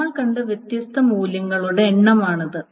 നമ്മൾ കണ്ട വ്യത്യസ്ത മൂല്യങ്ങളുടെ എണ്ണമാണിത്